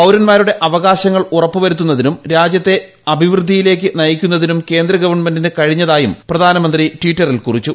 പൌരന്മാരുടെ അവകാശങ്ങൾ ഉറപ്പുവരുത്തുന്നതിനും രാജ്യത്തെ അഭിവൃദ്ധിയിലേയ്ക്ക് നയിക്കു ന്നതിനും കേന്ദ്ര ഗവൺമെന്റിന് കഴിഞ്ഞതായും പ്രധാനമന്ത്രി ടിറ്ററിൽ കുറിച്ചു